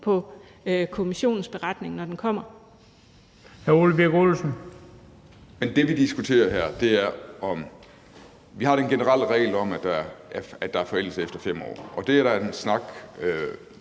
på Kommissionens beretning, når den kommer.